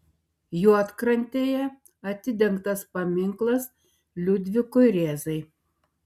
juodkrantėje atidengtas paminklas liudvikui rėzai